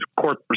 court